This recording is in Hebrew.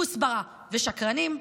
כוסברה ושקרנים.